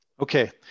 Okay